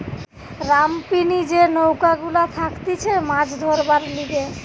রামপিনি যে নৌকা গুলা থাকতিছে মাছ ধরবার লিগে